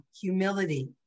humility